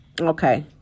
Okay